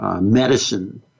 medicine